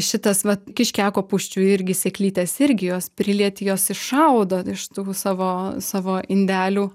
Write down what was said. šitas vat kiškiakopūsčių irgi sėklytės irgi jos prilieti jos iššaudo iš tų savo savo indelių